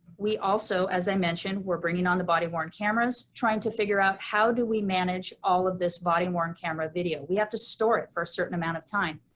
we also as i mentioned, were bringing on the body worn cameras, trying to figure out how do we manage all of this body worn camera video? we have to store it for a certain amount of time.